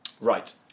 right